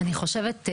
אני חושבת,